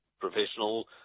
professional